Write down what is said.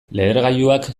lehergailuak